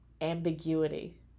ambiguity